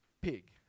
pig